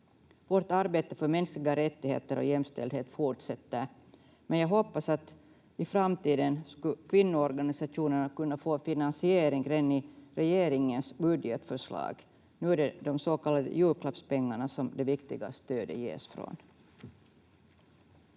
Vårt arbete för mänskliga rättigheter och jämställdhet fortsätter, men jag hoppas att kvinnoorganisationerna i framtiden skulle kunna få finansiering redan i regeringens budgetförslag. Nu är det de så kallade julklappspengarna som det viktiga stödet ges från.